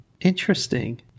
Interesting